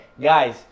guys